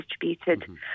distributed